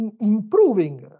improving